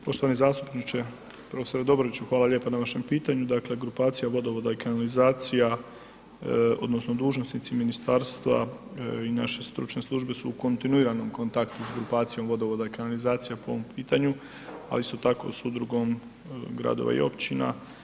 Poštovani zastupniče, prof. Dobroviću, hvala lijepo na vašem pitanju, dakle grupacija vodovoda i kanalizacija odnosno dužnosnici ministarstva i naše stručne službe su u kontinuiranom kontaktu s grupacijom vodovoda i kanalizacija po ovom pitanju ali isto tako i s Udrugom gradova i općina.